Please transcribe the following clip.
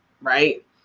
right